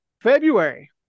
February